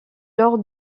lors